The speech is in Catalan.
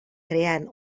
creant